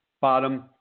bottom